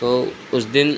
तो उस दिन